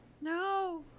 no